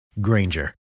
Granger